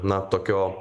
na tokio